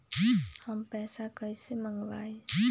हम पैसा कईसे मंगवाई?